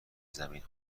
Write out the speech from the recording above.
زمین